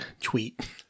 tweet